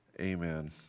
amen